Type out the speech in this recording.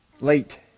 late